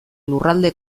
lurralde